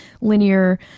linear